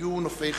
היו נופי חייו.